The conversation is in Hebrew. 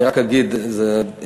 אני רק אגיד, זו תוכנית